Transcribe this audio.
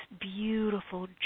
beautiful